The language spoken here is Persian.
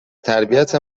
تربیت